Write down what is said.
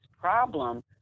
problem